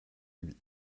lui